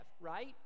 right